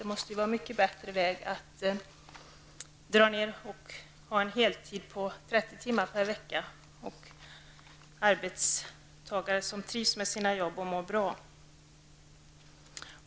Det måste ju vara en mycket bättre väg att dra ned arbetstiden så att man har en heltid på 30 timmar per vecka och arbetstagare som trivs med sina jobb och mår bra.